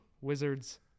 Wizards